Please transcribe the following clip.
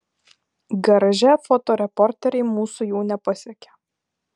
garaže fotoreporteriai mūsų jau nepasiekia